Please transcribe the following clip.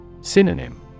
Synonym